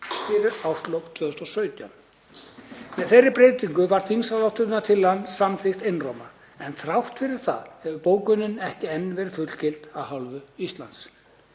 fyrir árslok 2017. Með þeirri breytingu var þingsályktunartillagan samþykkt einróma, en þrátt fyrir það hefur bókunin ekki enn verið fullgild af hálfu Íslands.